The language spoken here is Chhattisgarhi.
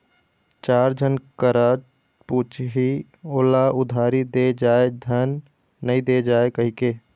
चार झन करा पुछही ओला उधारी दे जाय धन नइ दे जाय कहिके